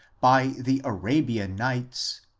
by the arabian nights,